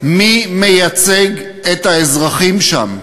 מי מייצג את האזרחים שם?